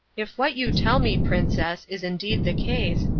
if what you tell me, princess, is indeed the case,